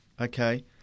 Okay